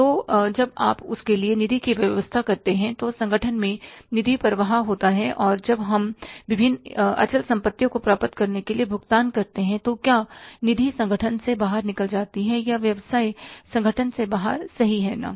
तो जब आप उस के लिए निधि की व्यवस्था करते हैं तो संगठन में निधि प्रवाह होता है और जब हम विभिन्न अचल संपत्तियों को प्राप्त करने के लिए भुगतान करते हैं तो क्या निधि संगठन से बाहर निकल जाती है व्यवसाय संगठन से बाहर सही है ना